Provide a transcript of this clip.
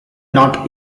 not